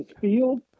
field